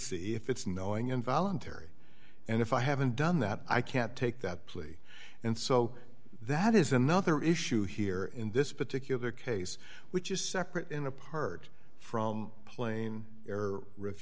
see if it's knowing involuntary and if i haven't done that i can't take that plea and so that is another issue here in this particular case which is separate and apart from plane air r